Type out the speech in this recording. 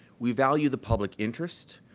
we value the public interest,